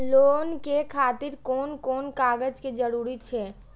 Loan के खातिर कोन कोन कागज के जरूरी छै?